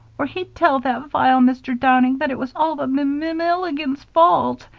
or he'd tell that vile mr. downing that it was all the mill-ill-igans' fault.